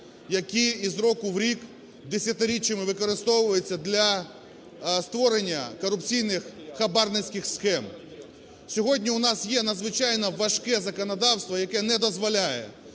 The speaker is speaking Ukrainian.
які із року в рік, десятиріччями, використовуються для створення корупційних хабарницьких схем. Сьогодні у нас є надзвичайно важке законодавство, яке не дозволяє